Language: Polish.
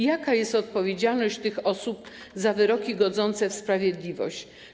Jaka jest odpowiedzialność tych osób za wyroki godzące w sprawiedliwość?